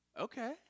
Okay